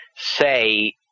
say